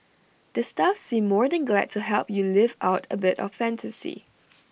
the staff seem more than glad to help you live out A bit of fantasy